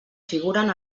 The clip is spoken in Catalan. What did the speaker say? figuren